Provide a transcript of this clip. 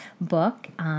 book